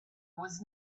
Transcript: was